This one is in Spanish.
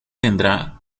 tendrá